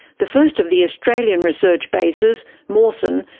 the first of the australian research bases, mawson,